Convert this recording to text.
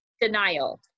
denial